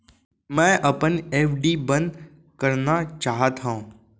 मै अपन एफ.डी बंद करना चाहात हव